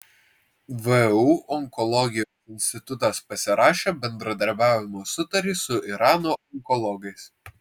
vu onkologijos institutas pasirašė bendradarbiavimo sutartį su irano onkologais